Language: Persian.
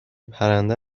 پرنده